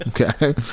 Okay